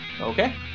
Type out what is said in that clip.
Okay